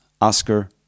Oscar